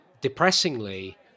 depressingly